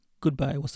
Goodbye